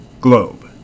Globe